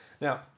Now